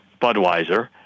Budweiser